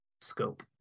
scope